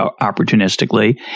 opportunistically